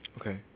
Okay